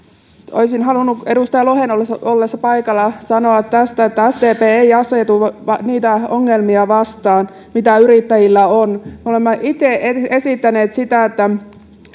olisin halunnut edustaja lohen ollessa ollessa paikalla sanoa että sdp ei asetu niitä ongelmia vastaan mitä yrittäjillä on me olemme itse esittäneet sitä että